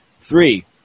Three